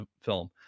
film